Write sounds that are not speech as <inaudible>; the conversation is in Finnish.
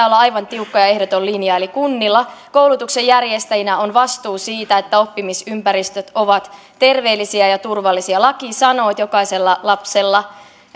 <unintelligible> olla aivan tiukka ja ehdoton linja eli kunnilla koulutuksen järjestäjinä on vastuu siitä että oppimisympäristöt ovat terveellisiä ja turvallisia laki sanoo että jokaisella lapsella